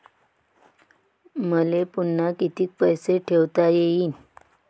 मले पुन्हा कितीक पैसे ठेवता येईन?